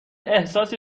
احساسی